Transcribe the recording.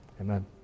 Amen